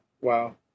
Wow